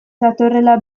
datorrela